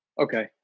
Okay